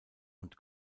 und